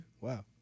wow